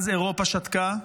אז אירופה שתקה.